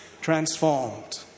transformed